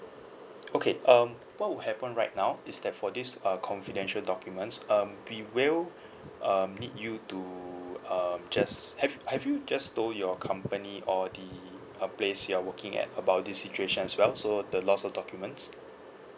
okay um what would happen right now is that for this err confidential documents um we will um need you to um just have have you just told your company or the uh place you're working at about this situation as well so the loss of documents